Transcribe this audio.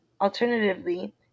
Alternatively